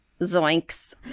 Zoinks